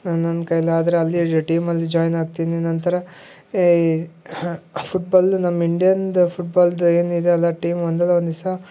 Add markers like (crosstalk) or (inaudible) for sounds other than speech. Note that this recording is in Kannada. ನಾ ನನ್ನ ಕೈಲಿ ಆದರೆ ಅಲ್ಲಿರುವ ಟೀಮಲ್ಲಿ ಜಾಯ್ನ್ ಆಗ್ತೀನಿ ನಂತರ (unintelligible) ಫುಟ್ಬಾಲ್ ನಮ್ಮ ಇಂಡಿಯನ್ದು ಫುಟ್ಬಾಲ್ದು ಏನಿದೆ ಎಲ್ಲಾ ಟೀಮ್ ಒಂದಲ್ಲ ಒಂದು ದಿವಸ